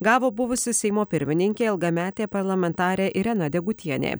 gavo buvusi seimo pirmininkė ilgametė parlamentarė irena degutienė